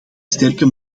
sterke